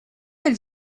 elle